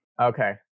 Okay